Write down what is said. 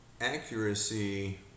accuracy